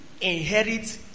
inherit